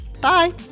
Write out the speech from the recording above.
Bye